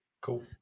Cool